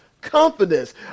Confidence